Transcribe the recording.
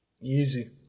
easy